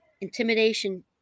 intimidation